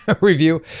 review